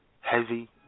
heavy